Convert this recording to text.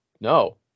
no